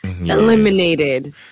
eliminated